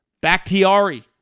Bakhtiari